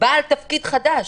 בעל תפקיד חדש.